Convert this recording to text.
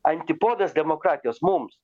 antipodas demokratijos mums